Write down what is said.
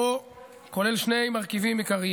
חבריי חברי הכנסת,